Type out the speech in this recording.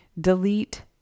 delete